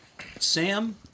Sam